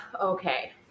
okay